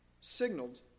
signaled